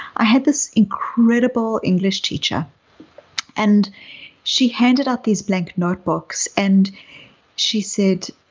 i had this incredible english teacher and she handed out these blank notebooks and she said,